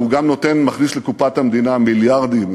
כי הוא גם מכניס לקופת המדינה מיליארדים,